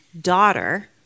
daughter